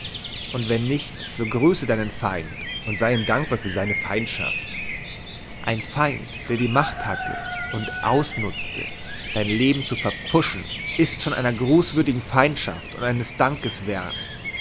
und wenn nicht so grüße deinen feind und sei ihm dankbar für seine feindschaft ein feind der die macht hatte und ausnutzte dein leben zu verpfuschen ist schon einer grußwürdigen feindschaft und eines dankes wert